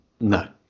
No